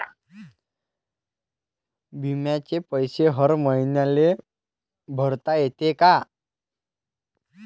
बिम्याचे पैसे हर मईन्याले भरता येते का?